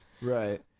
Right